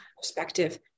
perspective